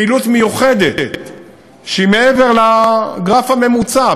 פעילות מיוחדת שהיא מעבר לגרף הממוצע.